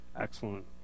Excellent